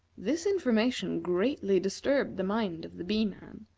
this information greatly disturbed the mind of the bee-man.